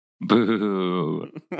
Boo